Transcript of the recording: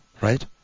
right